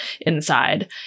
inside